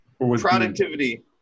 productivity